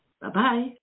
Bye-bye